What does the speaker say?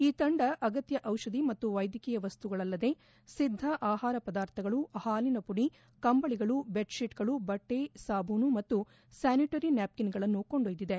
ಈ ತಂಡ ಅಗತ್ಯ ಜಿಷಧಿ ಮತ್ತು ವೈದ್ಯಕೀಯ ವಸ್ತುಗಳಲ್ಲದೇ ಸಿದ್ಧ ಆಹಾರ ಪದಾರ್ಥಗಳು ಹಾಲಿನ ಮಡಿ ಕಂಬಳಿಗಳು ಬೆಡ್ಶೀಟ್ಗಳು ಬಟ್ಟೆ ಸಾಬೂನು ಮತ್ತು ಸ್ಥಾನಿಟರಿ ನ್ಯಾಪ್ಕಿನ್ಗಳನ್ನೂ ಕೊಂಡೊಯ್ದಿದೆ